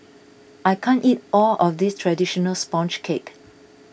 I can't eat all of this Traditional Sponge Cake